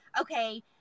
okay